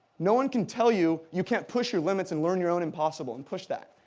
no one can tell you you can't push your limits and learn your own impossible and push that.